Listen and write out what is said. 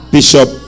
Bishop